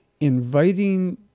inviting